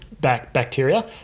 bacteria